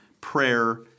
prayer